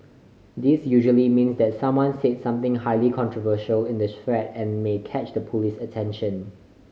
this usually means that someone said something highly controversial in the thread and may catch the police's attention